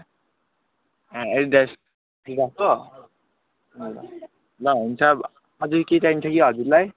ए एडिडासतिरको अँ ल ल हुन्छ अब अझै केही चाहिन्छ कि हजुरलाई